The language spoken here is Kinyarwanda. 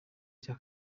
cya